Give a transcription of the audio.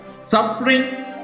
suffering